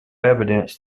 evidence